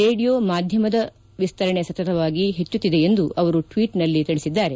radio ಮಾಧ್ಯಮದ ವಿಸ್ತರಣೆ ಸತತವಾಗಿ ಹೆಚ್ಚುತ್ತಿದೆ ಎಂದು ಅವರು ಟ್ವೀಟ್ನಲ್ಲಿ ತಿಳಿಸಿದ್ದಾರೆ